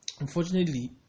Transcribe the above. unfortunately